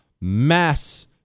mass